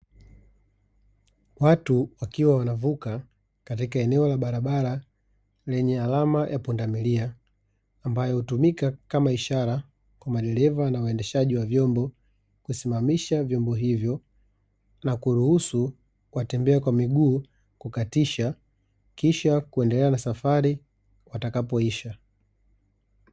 Watu wakiwa wanavuka katika eneo la barabara lenye alama ya pundamilia, ambayo hutumika kama ishara kwa madereva na waendeshaji wa vyombo kusimamisha vyombo hivyo na kuruhusu watembea kwa miguu kukatisha, kisha kuendelea na safari watakapoisha.